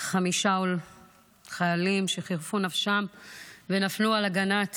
חמישה חיילים שחירפו נפשם ונפלו על הגנת